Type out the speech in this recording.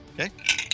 okay